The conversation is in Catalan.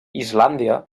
islàndia